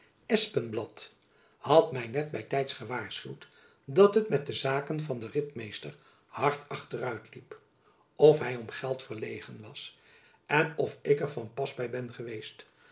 toe espenblad had my net by tijds gewaarschuwd dat het met de zaken van den ritmeester hard achteruitliep of hy om geld verlegen was en of ik er van pas by ben geweest